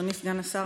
אדוני סגן השר,